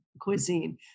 cuisine